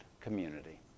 community